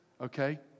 okay